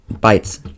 bites